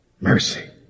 mercy